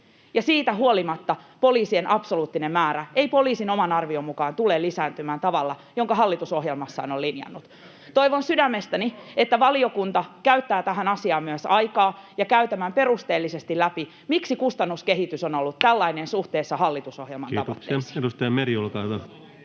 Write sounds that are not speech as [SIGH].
siitä huolimatta poliisien absoluuttinen määrä ei poliisin oman arvion mukaan tule lisääntymään tavalla, jonka hallitus ohjelmassaan on linjannut. Toivon sydämestäni, että valiokunta käyttää tähän asiaan myös aikaa ja käy tämän perusteellisesti läpi, miksi kustannuskehitys on ollut tällainen [NOISE] suhteessa hallitusohjelman tavoitteisiin. [Ben Zyskowicz: Ei nyt